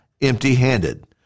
empty-handed